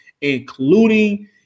including